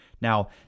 Now